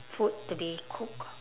food to be cook